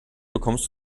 bekommst